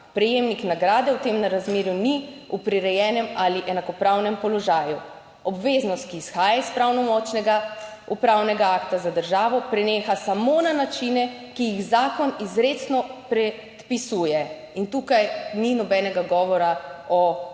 Prejemnik nagrade v tem razmerju ni v prirejenem ali enakopravnem položaju. Obveznost, ki izhaja iz pravnomočnega upravnega akta za državo preneha samo na načine, ki jih zakon izrecno predpisuje in tukaj ni nobenega govora o zastaranju.